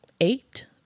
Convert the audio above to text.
eight